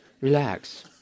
Relax